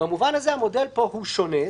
במובן הזה, המודל פה הוא שונה.